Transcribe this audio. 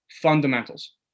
Fundamentals